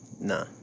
Nah